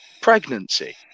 pregnancy